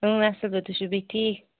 اۭں اصٕل پٲٹھۍ تُہۍ چھو بیٚیہِ ٹھیٖک